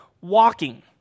walking